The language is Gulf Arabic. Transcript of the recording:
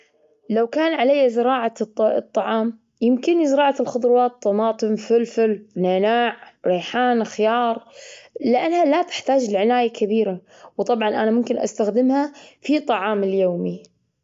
لو كان علي زراعة الط- الطعام يمكنني زراعة الخضروات طماطم فلفل نعناع ريحان خيار، لأنها لا تحتاج لعناية كبيرة وطبعا أنا ممكن استخدمها في طعامي اليومي.